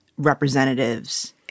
representatives